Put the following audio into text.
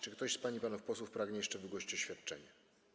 Czy ktoś z pań i panów posłów pragnie jeszcze wygłosić oświadczenie?